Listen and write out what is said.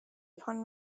upon